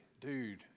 dude